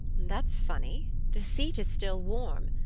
that's funny! the seat is still warm,